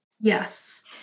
Yes